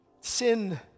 sin